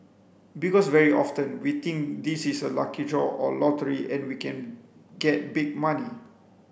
because very often we think this is a lucky draw or lottery and we can get big money